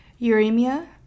uremia